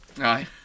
Aye